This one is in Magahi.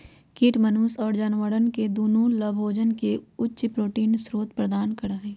कीट मनुष्य और जानवरवन के दुन्नो लाभोजन के उच्च प्रोटीन स्रोत प्रदान करा हई